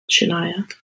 Shania